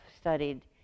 studied